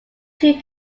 two